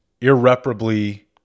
irreparably